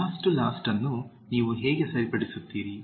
last to last ಅನ್ನು ನೀವು ಹೇಗೆ ಸರಿಪಡಿಸುತ್ತೀರಿ